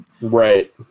Right